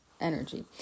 energy